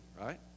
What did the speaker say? right